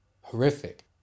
horrific